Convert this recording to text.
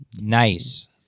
Nice